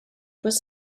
was